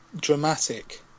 dramatic